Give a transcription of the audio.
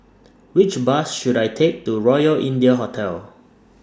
Which Bus should I Take to Royal India Hotel